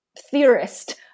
theorist